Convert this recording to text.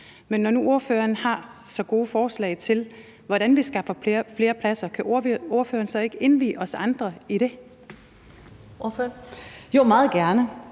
Men når nu ordføreren har så gode forslag til, hvordan vi skaffer flere pladser, kan ordføreren så ikke indvie os andre i det?